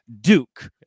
Duke